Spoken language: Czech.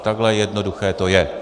Takhle jednoduché to je.